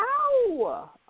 Ow